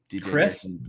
Chris